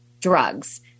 drugs